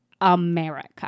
america